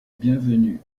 bienvenue